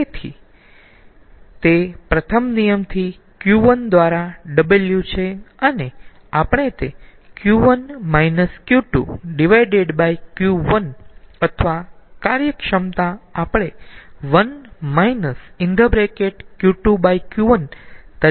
તેથી તે પ્રથમ નિયમથી Q1 દ્વારા W છે આપણે તે Q1 અથવા કાર્યક્ષમતા આપણે 1 Q2 Q1 તરીકે લખી શકીયે છીએ